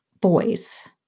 boys